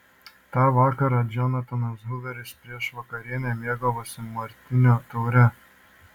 tą vakarą džonatanas huveris prieš vakarienę mėgavosi martinio taure